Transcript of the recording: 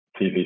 TV